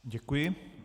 Děkuji.